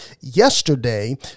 yesterday